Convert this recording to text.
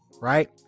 right